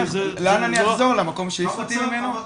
לאן אני אחזור, למקום שהעיפו אותי ממנו?